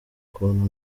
kuntu